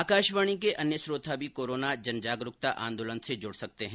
आकाशवाणी के अन्य श्रोता भी कोरोना जनजागरुकता आंदोलन से जुड सकते हैं